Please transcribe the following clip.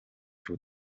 шүү